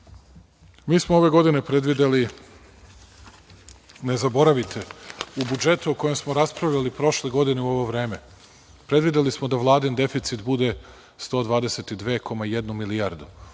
smo ove godine predvideli, ne zaboravite, u budžetu o kojem smo raspravljali prošle godine u ovo vreme, predvideli smo da Vladin deficit bude 122,1 milijardu.